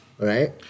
Right